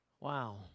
wow